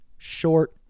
Short